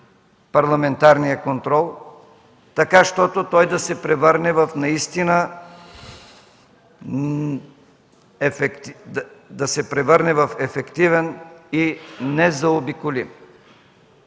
парламентарният контрол, така щото той да се превърне в наистина ефективен и незаобиколим.